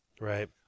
Right